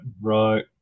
right